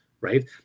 right